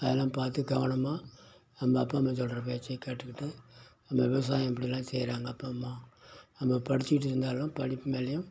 அதெல்லாம் பார்த்து கவனமாக நம்ம அப்பா அம்மா சொல்கிற பேச்சை கேட்டுக்கிட்டு அந்த விவசாயம் எப்படிலாம் செய்யறாங்க அப்பா அம்மா நம்ப படிச்சிக்கிட்டு இருந்தாலும் படிப்பு மேலையும்